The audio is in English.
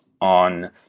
on